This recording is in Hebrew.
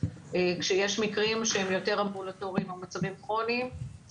כשיש מקרים שהם יותר אמבולטוריים או מצבים כרוניים,